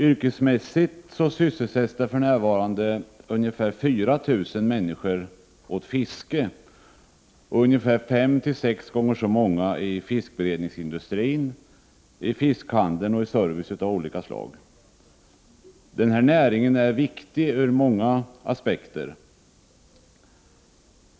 Yrkesmässigt sysselsätts för närvarande ungefär 4 000 människor i fiske och fem sex gånger så många i fiskberedningsindustrin, fiskhandel och service av olika slag. Denna näring är viktig ur många aspekter.